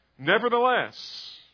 Nevertheless